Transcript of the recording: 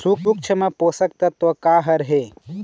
सूक्ष्म पोषक तत्व का हर हे?